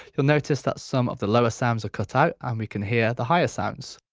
you'll notice that some of the lower sounds are cut out and we can hear the higher sounds.